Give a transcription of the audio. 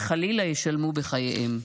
וחלילה ישלמו, בחייהם.